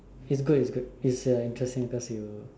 it's good it's good it's uh interesting cause you